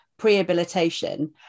prehabilitation